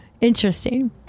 interesting